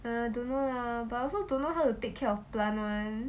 ah I don't know lah but I also don't know how to take care of plant one